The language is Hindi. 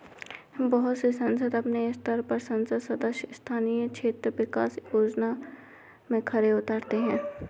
बहुत से संसद अपने स्तर पर संसद सदस्य स्थानीय क्षेत्र विकास योजना में खरे उतरे हैं